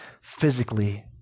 physically